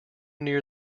near